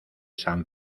san